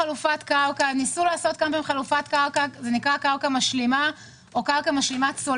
ניסו לעשות חלופת קרקע, קרקע משלימה צולבת.